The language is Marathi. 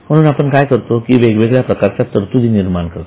म्हणून आपण काय करतो की वेगवेगळ्या प्रकारच्या तरतुदी निर्माण करतो